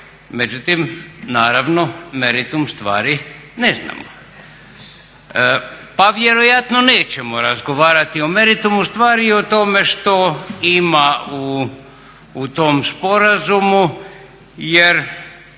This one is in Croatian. međutim naravno meritum stvari ne znamo pa vjerojatno nećemo razgovarati o meritumu stvari i o tome što ima u tom sporazumu jer